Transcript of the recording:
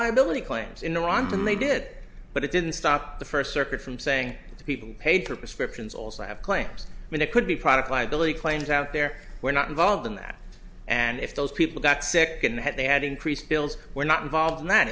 liability claims in iran than they did but it didn't stop the first circuit from saying people paid for prescriptions also have claims when it could be product liability claims out there were not involved in that and if those people got sick and had they had increased bills were not involved in that